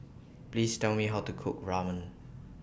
Please Tell Me How to Cook Ramen